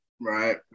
Right